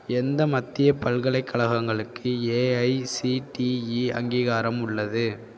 எந்த மத்திய பல்கலைக்கழகங்களுக்கு ஏஐசிடிஇ அங்கீகாரம் உள்ளது